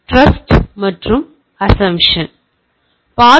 trust மற்றும் assumption கருத்து உள்ளது